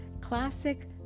Classic